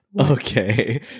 Okay